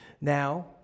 Now